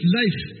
life